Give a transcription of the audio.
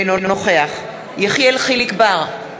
אינו נוכח יחיאל חיליק בר,